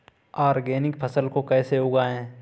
Organic फसल को कैसे उगाएँ?